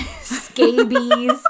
scabies